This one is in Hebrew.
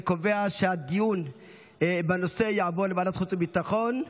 אני קובע שהדיון בנושא יעבור לוועדת החוץ והביטחון.